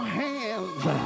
hands